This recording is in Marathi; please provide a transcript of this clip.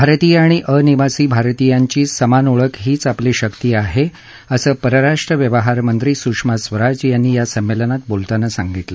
भारतीय आणि अनिवासी भारतीयांची समान ओळख हीच आपली शक्ती आहे असं परराष्ट्र व्यवहार मंत्री सुषमा स्वराज यांनी या संमेलनात बोलताना सांगितलं